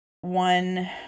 one